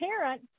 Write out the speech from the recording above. parent